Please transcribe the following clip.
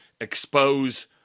expose